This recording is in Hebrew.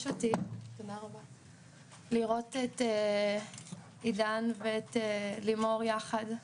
אותי לראות את עידן ואת לימור יחד.